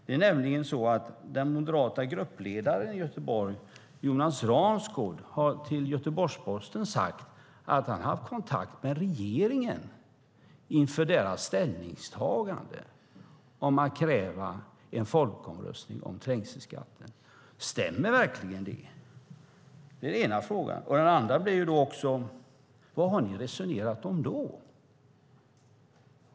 Det är nämligen så att den moderata gruppledaren i Göteborg, Jonas Ransgård, har till Göteborgs-Posten sagt att han har haft kontakt med regeringen inför sitt ställningstagande om att kräva en folkomröstning om trängselskatten. Stämmer det verkligen? Det är den ena frågan. Den andra blir då: Vad har ni då resonerat om?